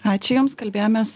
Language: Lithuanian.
ačiū jums kalbėjomės